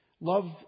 Love